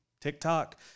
tiktok